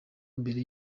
mbere